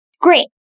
Great